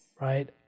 right